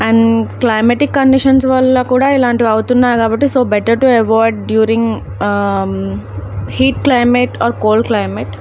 and climatic conditions వల్ల కూడా ఇలాంటివి అవుతున్నాయి కాబట్టి so better to avoid during heat climate or cold climate